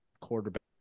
quarterback